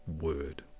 word